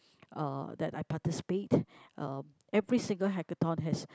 uh that I participate um every single hackathon has